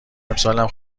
امسالم